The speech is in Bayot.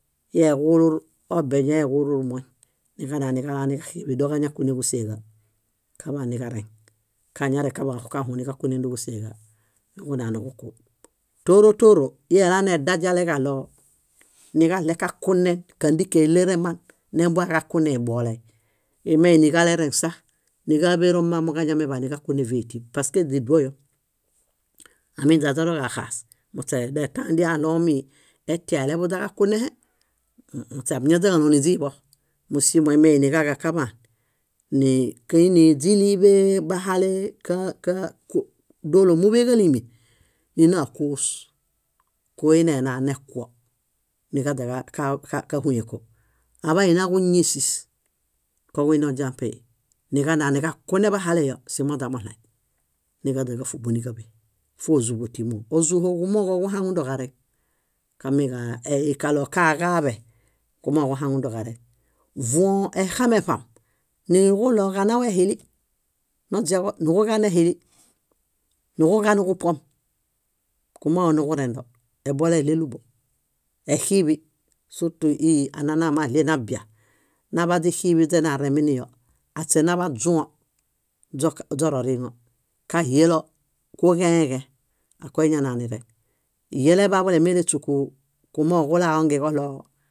Íi eġulur obeñua, íi eġulur moñ. Niġananiġala niġaxiiḃi, doġañakune ġúseġa, kaḃã niġareŋ. Kañarẽkaḃã, kaxukahũniġakunendo ġúseeġa, niġunaniġukub. Tóro tóro íi lanedajaleġaɭo niġalekakune kándike éleerema nembua kakune ibolay. Íi meiniġalerẽsa níġaabero mma ġañameḃãniġakune víetieb paske źiduoyom. Amiźaźoroġaxaas, muśe detaŋ díi aɭomi etia anileḃukunehe, muśe áñaźaġaloom niźiiḃo. Músimo íi meini kaġakaḃaan iini źíliḃee bahale dóolo múḃeġalimi, nina kóos, kó inenanekuo niġaźa káhuyẽko. Aḃã ninaġuñie sís, koġuini ojampei, niġananiġakune bahaleyo simoźamoɭaĩ, niġaźa níġafubu, níġaḃe, fózuḃo tímoo. Ózuhoġumooġo ġuhaŋundo ġareŋ. Kamieiġaɭo kaġaaḃe, kumooġo kuhaŋundoġareŋ. Vuõ exameṗam, niġuɭo kanau ehili noźiaġo, niġuġanehili, niġuġaniġupuom, kumooġo niġurendo. Ebolay éɭeluḃo. Exiiḃi surtu íi anana maɭie nabia, naḃa źixiiḃiźe nareminiyo, aśe naḃaźuõ źororiiŋo, kahielo, kuġẽeġẽ, akoiñana nireŋ. Hieleḃaḃule méleśuku, kumooġo ġulaongen ġoɭoo.